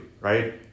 right